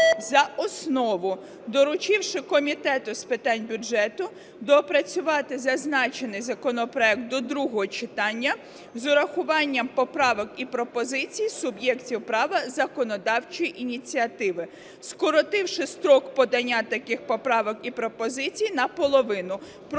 за основу, доручивши Комітету з питань бюджету доопрацювати зазначений законопроект до другого читання з врахуванням поправок і пропозицій суб'єктів права законодавчої ініціативи, скоротивши строк подання таких поправок і пропозицій наполовину.